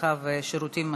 הרווחה והשירותים החברתיים,